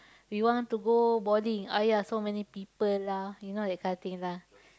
we want to go boarding !aiya! so many people lah you know that kind of thing lah